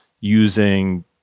using